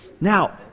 Now